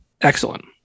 excellent